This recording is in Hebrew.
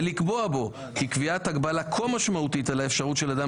ולקבוע בו כי קביעת הגבלה כה משמעותית על האפשרות של אדם